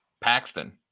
Paxton